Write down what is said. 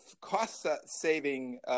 cost-saving